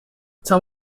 tom